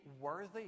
worthy